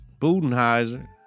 Budenheiser